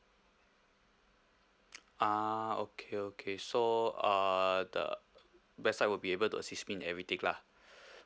ah okay okay so uh the website will be able to assist me in everything lah